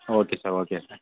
okay sir okay sir